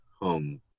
Home